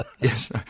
Yes